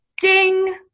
Ding